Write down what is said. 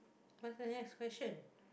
what's the next question